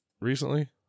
recently